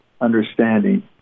understanding